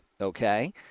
okay